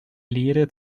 lehre